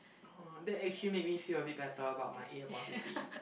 uh that actually made me feel a bit better about my eight upon fifteen